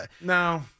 No